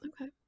Okay